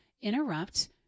interrupt